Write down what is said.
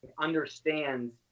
understands